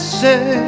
say